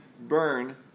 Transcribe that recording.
burn